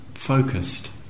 focused